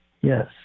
Yes